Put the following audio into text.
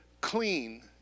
clean